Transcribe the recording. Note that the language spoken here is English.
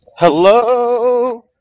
Hello